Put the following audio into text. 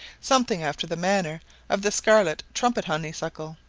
something after the manner of the scarlet trumpet honeysuckle.